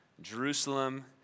Jerusalem